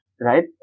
right